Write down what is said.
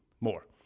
more